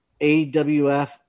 AWF